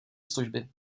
služby